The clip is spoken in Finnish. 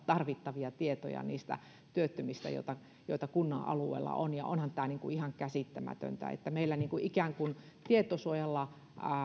tarvittavia tietoja niistä työttömistä joita kunnan alueella on onhan tämä ihan käsittämätöntä että meillä ikään kuin tietosuojalla